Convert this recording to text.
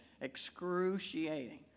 excruciating